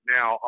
Now